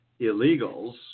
illegals